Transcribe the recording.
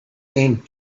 named